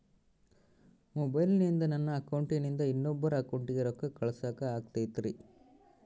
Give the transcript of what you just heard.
ಮೊಬೈಲಿಂದ ನನ್ನ ಅಕೌಂಟಿಂದ ಇನ್ನೊಬ್ಬರ ಅಕೌಂಟಿಗೆ ರೊಕ್ಕ ಕಳಸಾಕ ಆಗ್ತೈತ್ರಿ?